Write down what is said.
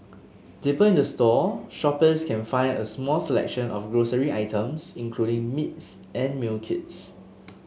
deeper in the store shoppers can find a small selection of grocery items including meats and meal kits